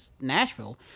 Nashville